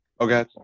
Okay